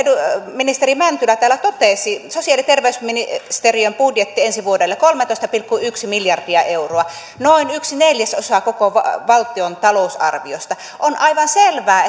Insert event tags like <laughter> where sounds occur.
ministeri mäntylä täällä totesi sosiaali ja terveysministeriön budjetti ensi vuodelle kolmetoista pilkku yksi miljardia euroa on noin yksi neljäsosa koko valtion talousarviosta on aivan selvää <unintelligible>